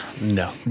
no